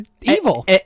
evil